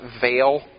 veil